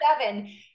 Seven